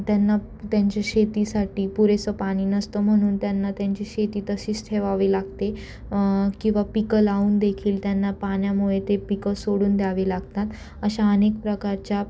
त्यांना त्यांच्या शेतीसाठी पुरेसं पाणी नसतं म्हणून त्यांना त्यांची शेती तशीच ठेवावी लागते किंवा पिकं लावून देखील त्यांना पाण्यामुळे ते पिकं सोडून द्यावे लागतात अशा अनेक प्रकारच्या